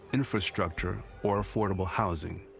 infrastructure or affordable housing.